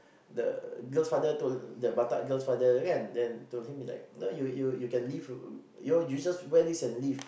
the girl's father told the batak girl's father kan then to him is like you know you you you can leave you just wear this and leave